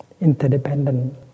interdependent